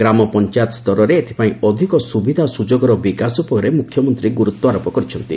ଗ୍ରାମପଂଚାୟତସ୍ତରରେ ଏଥିପାଇଁ ଅଧିକ ସୁବିଧା ସୁଯୋଗର ବିକାଶ ଉପରେ ମୁଖ୍ୟମନ୍ତୀ ଗୁରୁତ୍ୱାରୋପ କରିଛନ୍ତି